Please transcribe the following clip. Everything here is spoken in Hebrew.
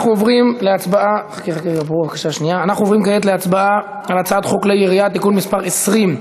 אנחנו עוברים כעת להצבעה על הצעת חוק כלי הירייה (תיקון מס' 20),